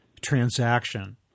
transaction